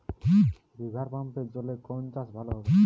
রিভারপাম্পের জলে কোন চাষ ভালো হবে?